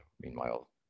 meanwhile